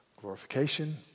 Glorification